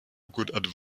good